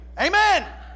Amen